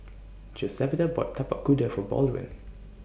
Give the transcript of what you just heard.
Josefita bought Tapak Kuda For Baldwin